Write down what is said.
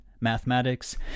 mathematics